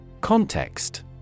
Context